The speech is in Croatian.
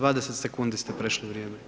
20 sekundi ste prešli vrijeme.